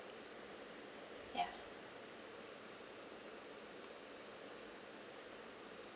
ya